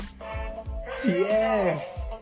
Yes